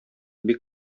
бик